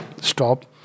stop